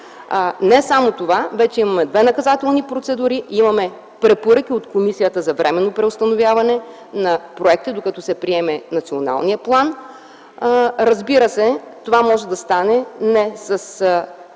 Не само това, вече имаме две наказателни процедури, препоръки от комисията за временно преустановяване на проекти, докато се приеме националният план. Това може да стане не с